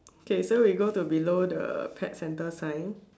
okay so we go to below the pet centre sign